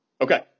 Okay